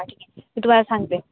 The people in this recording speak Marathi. हा ठीक आहे मी तुम्हाला सांगते